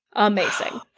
amazing.